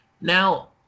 now